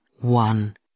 one